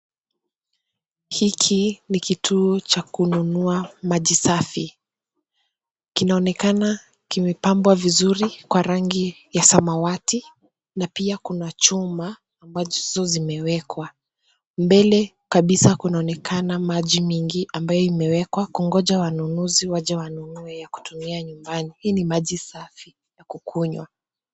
Hiki ni kituo cha kununua maji safi. Kinaonekana kimepambwa vizuri kwa rangi ya samawati na pia kuna chuma ambazo zimewekwa. Mbele kabisa kunaonekana maji mengi ambayo imewekwa kungojea wanunuzi waje wanunue ya kutumia. Hii ni maji safi ya kukunywa.